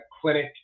clinic